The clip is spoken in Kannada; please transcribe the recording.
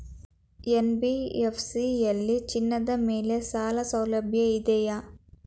ಎನ್.ಬಿ.ಎಫ್.ಸಿ ಯಲ್ಲಿ ಚಿನ್ನದ ಮೇಲೆ ಸಾಲಸೌಲಭ್ಯ ಇದೆಯಾ?